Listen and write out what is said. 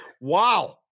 Wow